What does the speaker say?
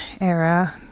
era